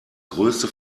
größte